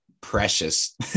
precious